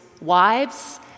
wives